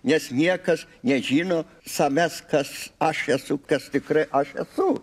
nes niekas nežino savęs kas aš esu kas tikrai aš esu